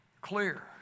clear